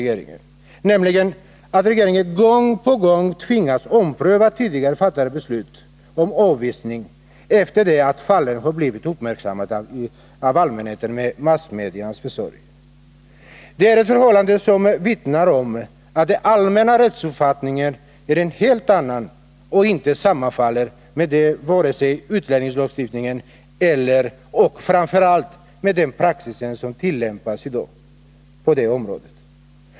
Gång på gång tvingas regeringen ompröva tidigare fattade beslut om avvisning, efter det att fallen har kommit till allmänhetens kännedom med hjälp av massmedia. Det är ett förhållande som vittnar om att den allmänna rättsuppfattningen inte sammanfaller med vare sig utlänningslagstiftningen eller — och framför allt — med den praxis som tillämpas i dag på det här området.